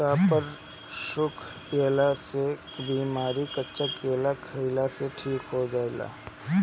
कपार दुखइला के बेमारी कच्चा केरा खइला से ठीक हो जाला